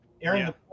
Aaron